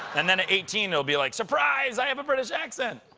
and then at eighteen, they'll be like, surprise, i have a british accent.